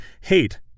hate